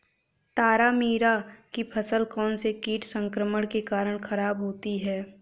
तारामीरा की फसल कौनसे कीट संक्रमण के कारण खराब होती है?